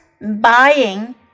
buying